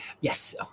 Yes